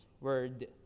word